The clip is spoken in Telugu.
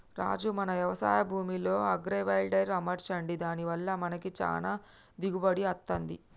రాజు మన యవశాయ భూమిలో అగ్రైవల్టెక్ అమర్చండి దాని వల్ల మనకి చానా దిగుబడి అత్తంది